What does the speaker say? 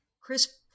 Chris